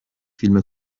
فیلم